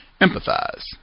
empathize